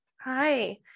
Hi